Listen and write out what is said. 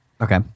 Okay